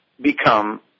become